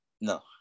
no